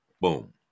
boom